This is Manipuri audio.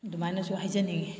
ꯑꯗꯨꯃꯥꯏꯅꯁꯨ ꯍꯥꯏꯖꯅꯤꯡꯏ